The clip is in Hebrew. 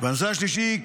הנושא השלישי,